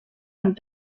amb